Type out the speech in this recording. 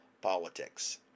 politics